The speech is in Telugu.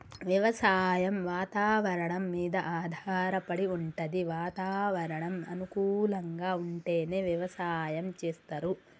వ్యవసాయం వాతవరణం మీద ఆధారపడి వుంటది వాతావరణం అనుకూలంగా ఉంటేనే వ్యవసాయం చేస్తరు